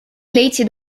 leidsid